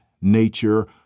nature